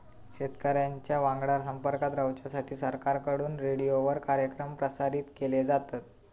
शेतकऱ्यांच्या वांगडा संपर्कात रवाच्यासाठी सरकारकडून रेडीओवर कार्यक्रम प्रसारित केले जातत